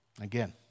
Again